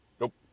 Nope